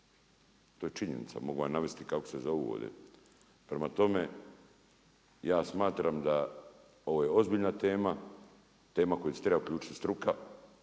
To je činjenica, mogu vam navesti kako se zovu ovdje. Prema tome, ja smatram da ovo je ozbiljna tema, tema u koju se treba uključiti struka,